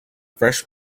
fresh